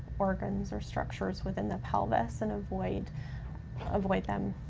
organs, or structures within the pelvis and avoid avoid them,